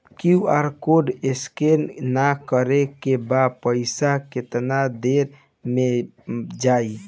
QR code scan न करे क बाद पइसा केतना देर म जाई?